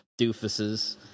doofuses